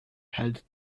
had